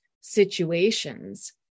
situations